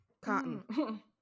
Cotton